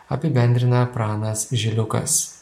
apibendrina pranas žiliukas